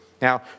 Now